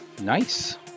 Nice